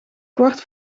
kwart